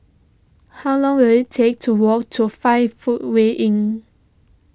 how long will it take to walk to five Footway Inn